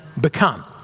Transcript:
become